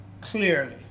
clearly